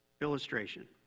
illustration